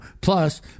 plus